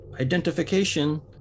identification